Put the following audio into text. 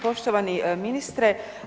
Poštovani ministre.